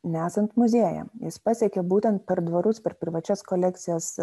nesant muziejam jis pasiekė būtent per dvarus per privačias kolekcijas